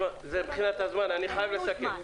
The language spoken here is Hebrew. מבחינת הזמן אני חייב לסכם.